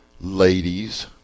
ladies